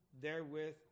therewith